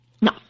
No